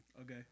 Okay